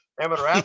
amateur